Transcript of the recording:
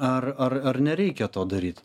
ar ar ar nereikia to daryt